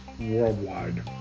worldwide